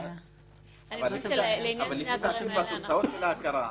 אבל בתוצאות של ההכרה,